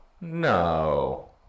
No